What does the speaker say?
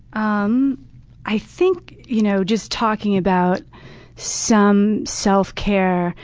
um i think you know just talking about some self-care.